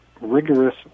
rigorous